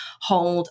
hold